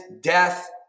death